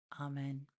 Amen